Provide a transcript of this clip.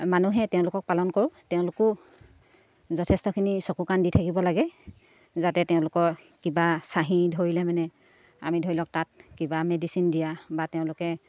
মানুহে তেওঁলোকক পালন কৰোঁ তেওঁলোকো যথেষ্টখিনি চকু কাণ দি থাকিব লাগে যাতে তেওঁলোকৰ কিবা চাহী ধৰিলে মানে আমি ধৰি লওক তাত কিবা মেডিচিন দিয়া বা তেওঁলোকে